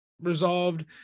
resolved